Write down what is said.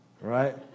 right